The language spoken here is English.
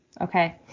okay